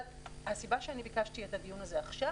אבל הסיבה שאני ביקשתי את הדיון הזה עכשיו